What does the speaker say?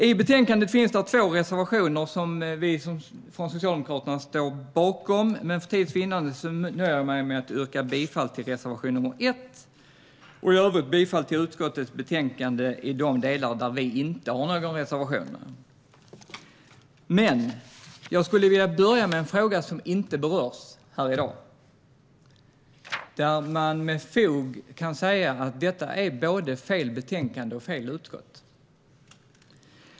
I betänkandet finns det två reservationer som vi från Socialdemokraterna står bakom, men för tids vinnande nöjer jag mig med att yrka bifall till reservation 1 och i övrigt bifall till utskottets förslag i betänkandet i de delar där vi inte har någon reservation. Jag skulle dock vilja börja med en fråga som inte berörs här i dag. Man kan med fog säga att det både är fel betänkande och fel utskott.